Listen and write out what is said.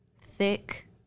thick